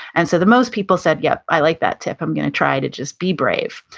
and so the most people said, yep, i like that tip. i'm gonna try to just be brave.